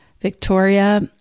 Victoria